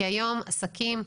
כי היום עסקים,